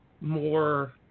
more